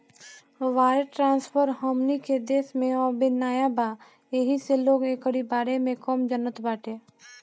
wire transfer हमनी के देश में अबे नया बा येही से लोग एकरी बारे में कम जानत बाटे